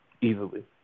easily